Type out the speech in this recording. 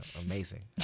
amazing